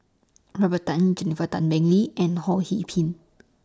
Robert Tan Jennifer Tan Bee Leng and Ho Pin